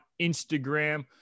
Instagram